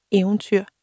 eventyr